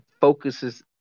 focuses